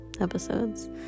episodes